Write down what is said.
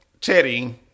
Teddy